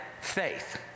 faith